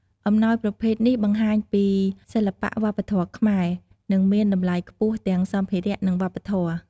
អំណោយប្រភេទនេះបង្ហាញពីសិល្បៈវប្បធម៌ខ្មែរ និងមានតម្លៃខ្ពស់ទាំងសម្ភារៈ និងវប្បធម៌។